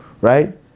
right